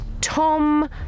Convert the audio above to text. Tom